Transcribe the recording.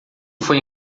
foi